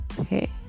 Okay